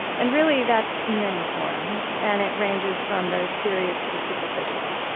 and really, that's many forms, and it ranges from the serious to the superficial.